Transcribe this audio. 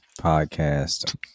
podcast